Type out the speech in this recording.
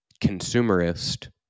consumerist